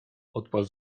odparł